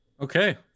Okay